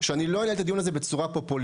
שאני לא אעלה את הדיון הזה בצורה פופוליסטית.